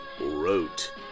wrote